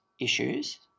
issues